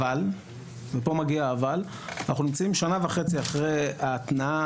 אבל אנחנו נמצאים שנה וחצי אחרי ההתנעה